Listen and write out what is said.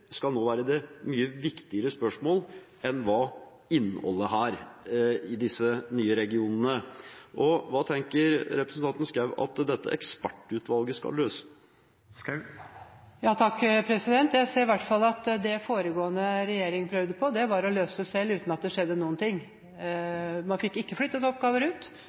skal være et mye viktigere spørsmål enn hva innholdet i disse nye regionene er? Hva tenker representanten Schou at dette ekspertutvalget skal løse? Jeg ser i hvert fall at det foregående regjering prøvde på, var å løse det selv uten at det skjedde noen ting. Man fikk ikke flyttet oppgaver ut.